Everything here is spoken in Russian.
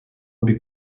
обе